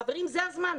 חברים, זה הזמן.